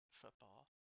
football